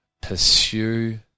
Pursue